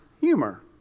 Humor